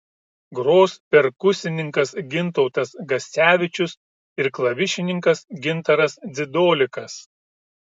gros perkusininkas gintautas gascevičius ir klavišininkas gintaras dzidolikas